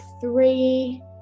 three